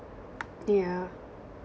yeah